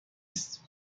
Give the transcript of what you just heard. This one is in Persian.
است